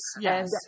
Yes